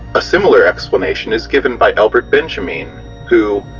a similar explanation is given by elbert benjamine who,